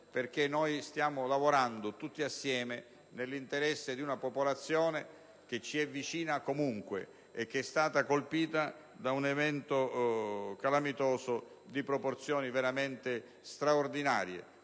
Stiamo infatti lavorando tutti insieme nell'interesse di una popolazione che ci è vicina e che è stata colpita da un evento calamitoso di proporzioni veramente straordinarie.